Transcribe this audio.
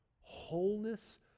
wholeness